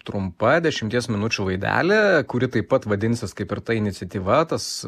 trumpa dešimties minučių laidelė kuri taip pat vadinsis kaip ir ta iniciatyva tas